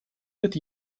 лет